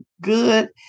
good